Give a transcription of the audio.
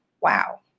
Wow